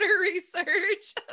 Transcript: research